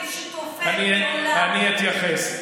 אני אתייחס.